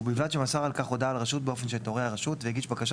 ובלבד שמסר על כך הודעה לרשות באופן שתורה הרשות והגיש בקשה